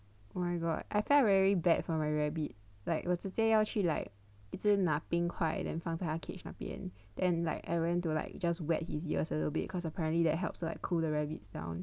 oh my god I felt very bad for my rabbit like 我直接要去 like 一直拿冰块 like 放在 cage 那边 and like I went to like just wet his ears a little bit because apparently that helps like cool the rabbits down